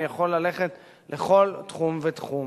אני יכול ללכת לכל תחום ותחום,